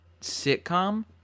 sitcom